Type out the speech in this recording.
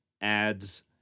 ads